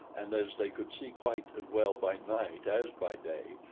and as they could see quite as well by night as by day,